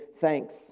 thanks